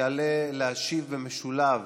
יעלה להשיב במשולב